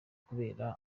kubera